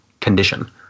condition